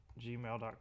gmail.com